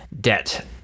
debt